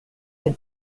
have